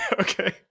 Okay